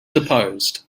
deposed